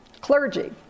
clergy